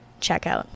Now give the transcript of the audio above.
checkout